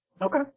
Okay